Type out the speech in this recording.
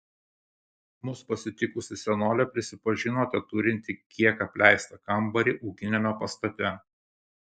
mus pasitikusi senolė prisipažino teturinti kiek apleistą kambarį ūkiniame pastate